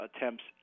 attempts